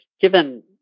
given